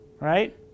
right